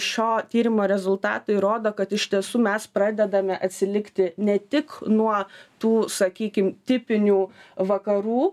šio tyrimo rezultatai rodo kad iš tiesų mes pradedame atsilikti ne tik nuo tų sakykim tipinių vakarų